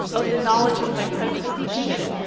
of the knowledge of my presence in the ship.